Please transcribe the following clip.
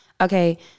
Okay